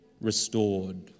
restored